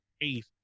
eighth